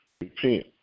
Repent